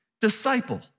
disciple